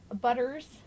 Butters